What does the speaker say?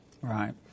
Right